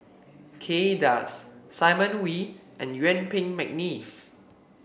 Kay Das Simon Wee and Yuen Peng McNeice